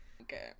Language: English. Okay